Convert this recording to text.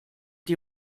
die